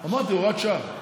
אמרתי, הוראת שעה.